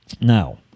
Now